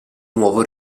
nuovo